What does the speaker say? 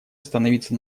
остановиться